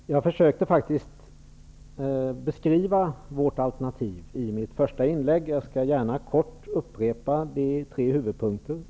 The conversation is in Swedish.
Herr talman! Jag försökte faktiskt beskriva vårt alternativ i mitt första inlägg. Jag skall gärna upprepa det i tre huvudpunkter.